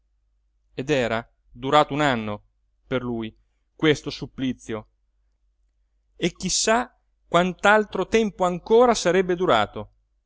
ed era durato un anno per lui questo supplizio e chi sa quant'altro tempo ancora sarebbe durato